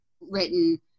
written